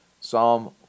Psalm